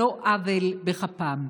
על לא עוול בכפם.